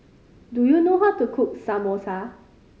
do you know how to cook Samosa